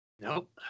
Nope